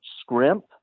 scrimp